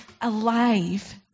alive